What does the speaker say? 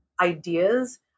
ideas